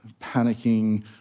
panicking